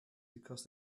because